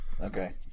Okay